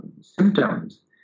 symptoms